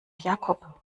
jakob